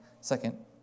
Second